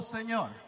Señor